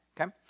okay